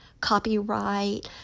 copyright